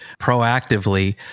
proactively